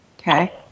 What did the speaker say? Okay